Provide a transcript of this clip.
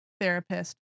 therapist